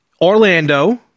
Orlando